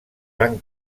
van